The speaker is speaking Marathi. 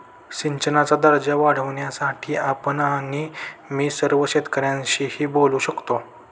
सिंचनाचा दर्जा वाढवण्यासाठी आपण आणि मी सर्व शेतकऱ्यांशी बोलू शकतो